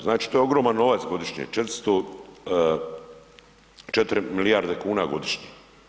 Znači to je ogroman novac godišnje, 400, 4 milijarde kuna godišnje.